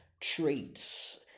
traits